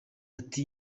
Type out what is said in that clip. ati